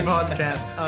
Podcast